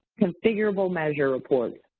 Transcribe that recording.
configurable measure report.